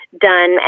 done